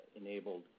enabled